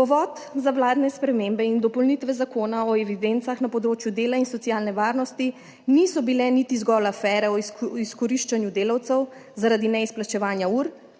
Povod za vladne spremembe in dopolnitve zakona o evidencah na področju dela in socialne varnosti niso bile niti zgolj afere o izkoriščanju delavcev zaradi neizplačevanja ur,